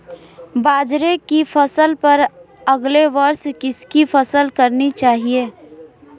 बाजरे की फसल पर अगले वर्ष किसकी फसल करनी चाहिए?